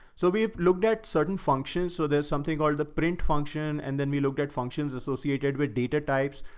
so we've looked at certain functions, so there's something called the print function. and then we looked at functions associated with data types.